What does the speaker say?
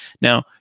Now